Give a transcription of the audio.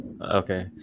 Okay